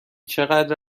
چقدر